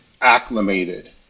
acclimated